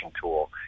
tool